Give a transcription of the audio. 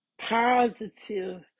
positive